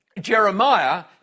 Jeremiah